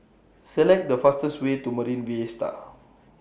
Select The fastest Way to Marine Vista